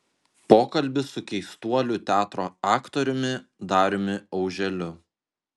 pokalbis su keistuolių teatro aktoriumi dariumi auželiu